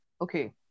okay